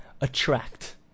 attract